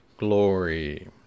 Glory